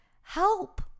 help